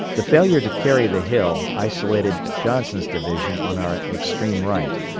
the failure to carry the hill isolated johnson's division on our extreme right.